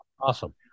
Awesome